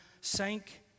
sank